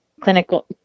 clinical